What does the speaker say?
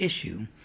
issue